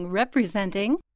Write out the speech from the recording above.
Representing